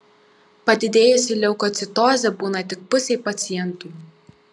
padidėjusi leukocitozė būna tik pusei pacientų